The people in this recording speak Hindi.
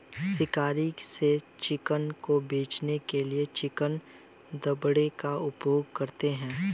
शिकारियों से चिकन को बचाने के लिए चिकन दड़बे का उपयोग करें